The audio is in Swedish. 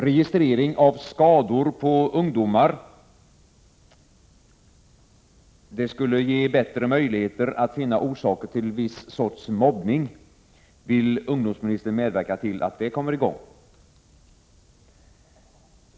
Registrering av skador på ungdomar skulle ge bättre möjligheter att finna orsaker till viss sorts mobbning. Vill ungdomsministern medverka till att det kommer i gång?